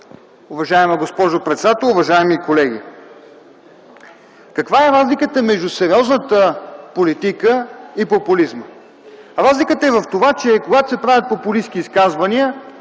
Уважаема госпожо председател, уважаеми колеги! Каква е разликата между сериозната политика и популизма? Разликата е в това, че когато се правят популистки изказвания,